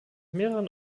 mehreren